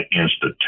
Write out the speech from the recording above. Institute